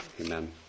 Amen